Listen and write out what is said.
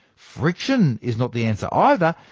friction is not the answer either,